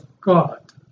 God